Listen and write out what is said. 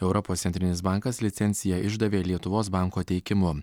europos centrinis bankas licenciją išdavė lietuvos banko teikimu